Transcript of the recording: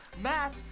Matt